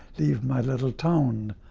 leave my little town